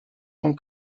vom